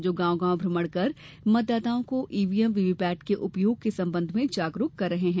जो गांव गांव भ्रमण कर मतदाताओं को ईवीएम वीवीपेट के उपयोग के संबंध में जागरूकत कर रहे है